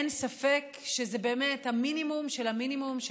אין ספק שזה באמת המינימום של המינימום של